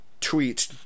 tweet